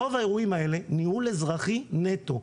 רוב האירועים האלה, ניהול אזרחי נטו.